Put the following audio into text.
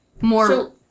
more